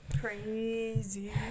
crazy